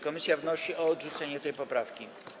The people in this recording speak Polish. Komisja wnosi o odrzucenie tej poprawki.